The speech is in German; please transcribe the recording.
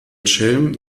schelm